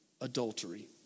adultery